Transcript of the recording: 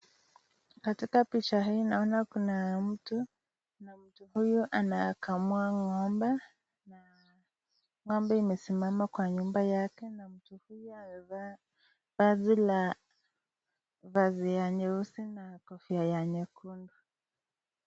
Katika picha hii naona kuna mtu na mtu huyu anakamua ngo'mbe na ngo'mbe amesimama Kwa nyumba yake na mtu huyu anavaa mavazi ya nyeusi na kofia ya nyekundu.